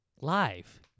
live